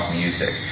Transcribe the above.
music